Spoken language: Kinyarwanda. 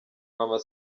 maman